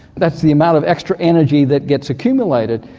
that's the amount of extra energy that gets accumulated.